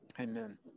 Amen